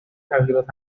تغییرات